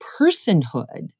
personhood